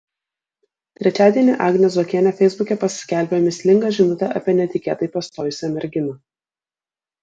trečiadienį agnė zuokienė feisbuke paskelbė mįslingą žinutę apie netikėtai pastojusią merginą